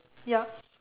yup